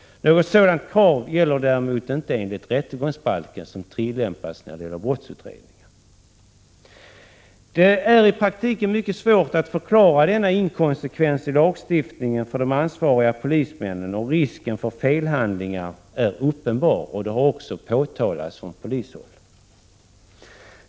Något sådant krav gäller däremot inte enligt rättegångsbalken som tillämpas när det gäller brottsutredningar. Det är i praktiken mycket svårt att förklara denna inkonsekvens i lagstiftningen för de ansvariga polismännen, och risken för felhandlingar är uppenbar och har också påtalats från polishåll.